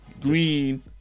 Green